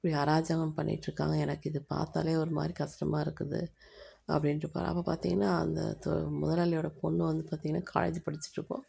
இப்படி அராஜகம் பண்ணிகிட்ருக்காங்க எனக்கு இது பார்த்தாலே ஒரு மாதிரி கஷ்டமாக இருக்குது அப்படின்ட்டு போகிற அப்போ பார்த்தீங்கன்னா அந்த தொ முதலாளியோட பொண்ணு வந்து பார்த்தீங்கன்னா காலேஜ் படிச்சுட்டு இருக்கும்